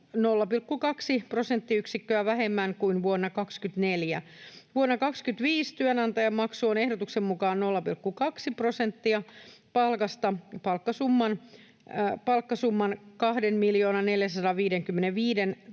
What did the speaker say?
0,20 prosenttiyksikköä vähemmän kuin vuonna 24. Vuonna 25 työnantajamaksu ehdotuksen mukaan 0,20 prosenttia palkasta palkkasumman 2 455 500